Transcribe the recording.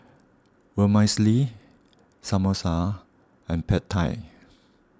Vermicelli Samosa and Pad Thai